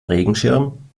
regenschirm